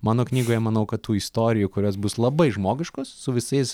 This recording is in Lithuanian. mano knygoje manau kad tų istorijų kurios bus labai žmogiškos su visais